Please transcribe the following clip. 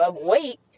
wait